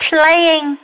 Playing